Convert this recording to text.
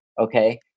okay